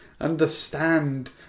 understand